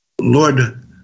Lord